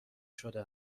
شده